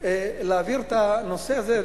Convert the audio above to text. להעביר את הנושא הזה.